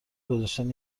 گذشتن